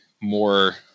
more